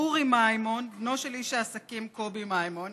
אורי מימון, בנו של איש העסקים קובי מימון,